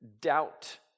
doubt